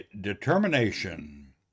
determination